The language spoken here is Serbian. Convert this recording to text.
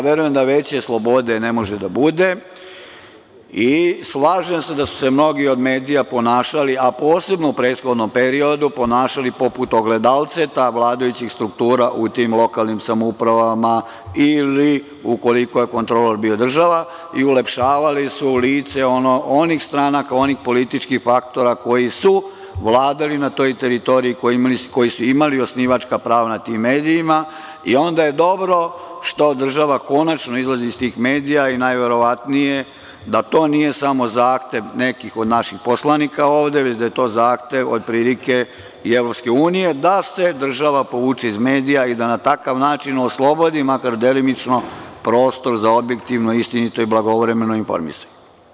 Verujem da veće slobode ne može da bude i slažem se da su se mnogi od medija ponašali, a posebno u prethodnom periodu, poput ogledalceta vladajućih struktura u tim lokalnim samoupravama ili ukoliko je kontrolor bila država i ulepšavali su lice onih stranaka, onih političkih faktora koji su vladali na toj teritoriji i koji su imali osnivačka prava nad tim medijima i onda je dobro što država konačno izlazi iz tih medija i najverovatnije da to nije samo zahtev nekih od naših poslanika ovde, već da je to zahtev otprilike i EU da se država povuče iz medija i da na takav način oslobodimo, makar delimično, prostor za objektivno, istinito i blagovremeno informisanje.